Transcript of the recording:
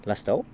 लास्टआव